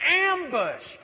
ambushed